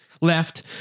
left